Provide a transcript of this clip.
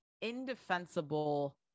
indefensible